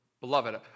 beloved